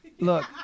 Look